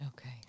Okay